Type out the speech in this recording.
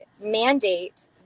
mandate